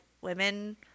women